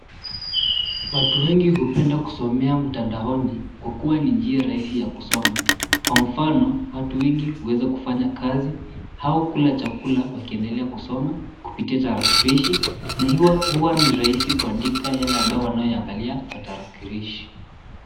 Watu wengi hupenda kusomea mtandaoni, kwa kuwa ni njia rahisi ya kusoma. Kwa mfano watu wengi huweza kufanya kazi, au kula chakula wakiendelea kusoma, kupitia tarakilishi. Na hivo huwa ni rahisi kuandika yale ambayo wanayoyaangalia, kwa tarakilishi.